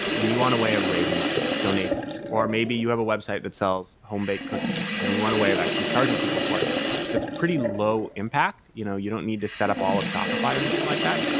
and you want a way of raising money, donations, or maybe you have a website that sells home-baked cookies and you want a way of actually charging people for it that's pretty low impact. you know you don't need to set up all of shopify or anything like that.